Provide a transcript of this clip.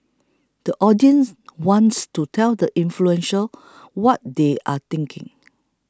the audience wants to tell the influential what they are thinking